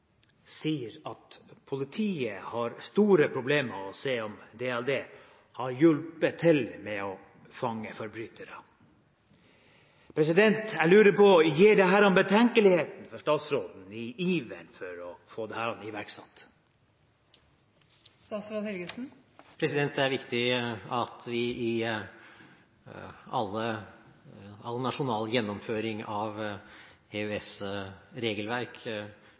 sier at politiet har store problemer med å se at datalagringsdirektivet har hjulpet til med å fange forbrytere. Jeg lurer på om dette gir betenkeligheter for statsråden i iveren etter å få det iverksatt. Det er viktig at vi i all nasjonal gjennomføring av